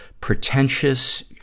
pretentious